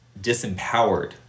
disempowered